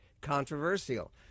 controversial